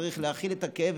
צריך להכיל את הכאב,